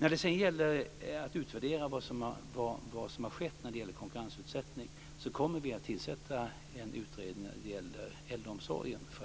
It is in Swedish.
När det gäller utvärdering av vad som har skett i fråga om konkurrensutsättning kommer vi att tillsätta en utvärdering av äldreomsorgen. Vi